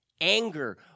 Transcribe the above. anger